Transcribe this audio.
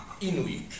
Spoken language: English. Inuit